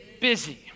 busy